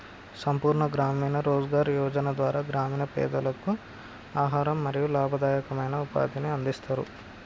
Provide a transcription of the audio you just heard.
సంపూర్ణ గ్రామీణ రోజ్గార్ యోజన ద్వారా గ్రామీణ పేదలకు ఆహారం మరియు లాభదాయకమైన ఉపాధిని అందిస్తరు